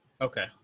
okay